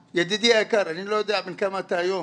ידידי היקר, אני לא יודע בן כמה אתה היום